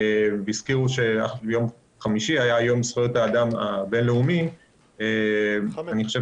הזכירו שיום חמישי היה יום זכויות האדם הבין-לאומי; אני חושב